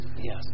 Yes